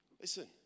listen